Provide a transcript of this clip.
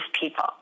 people